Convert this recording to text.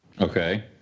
Okay